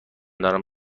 دارم